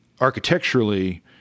architecturally